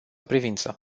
privință